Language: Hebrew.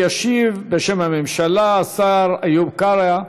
ישיב, בשם הממשלה, שר התקשורת איוב קרא.